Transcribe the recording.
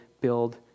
build